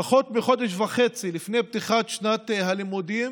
פחות מחודש וחצי לפני פתיחת שנת הלימודים,